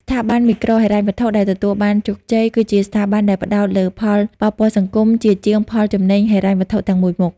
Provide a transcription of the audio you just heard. ស្ថាប័នមីក្រូហិរញ្ញវត្ថុដែលទទួលបានជោគជ័យ គឺជាស្ថាប័នដែលផ្ដោតលើផលប៉ះពាល់សង្គមជាជាងផលចំណេញហិរញ្ញវត្ថុតែមួយមុខ។